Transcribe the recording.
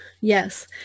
yes